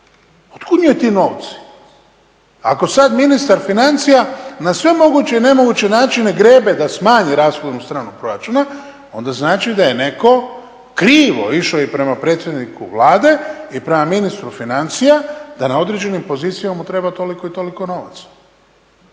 Otkuda njoj ti novci ako sada ministar financija na sve moguće i nemoguće načine grebe da smanji rashodnu stranu proračuna onda znači da je netko krivo išao i prema predsjedniku Vlade i prema ministru financija da na određenim pozicijama mu treba toliko i toliko novaca,